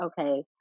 okay